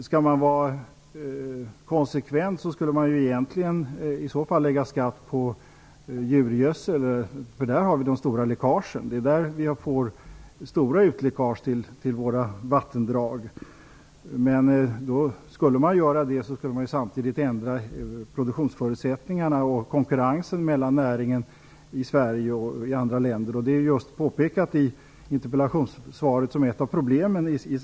Skall man vara konsekvent skall man egentligen i så fall lägga skatt på djurgödsel, för det är där vi får de stora läckagen ut till våra vattendrag. Skulle man göra det skulle man samtidigt ändra produktionsförutsättningarna och konkurrensen mellan näringen i Sverige och i andra länder. Det är just påpekat i interpellationssvaret som ett av problemen.